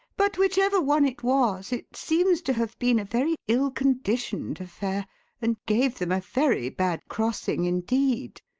but whichever one it was it seems to have been a very ill-conditioned affair and gave them a very bad crossing, indeed.